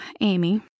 Amy